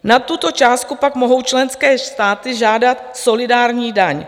Nad tuto částku pak mohou členské státy žádat solidární daň.